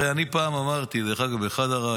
הרי אני פעם אמרתי, באחד הראיונות,